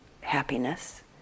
happiness